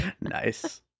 Nice